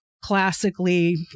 Classically